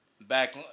back